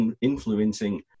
influencing